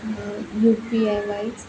U P I wise